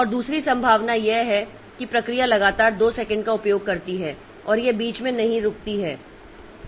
और दूसरी संभावना यह है कि प्रक्रिया लगातार 2 सेकंड का उपयोग करती है और यह बीच में नहीं रुकती है